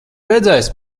redzējis